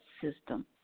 system